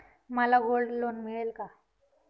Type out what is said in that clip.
मला gold loan मिळेल का?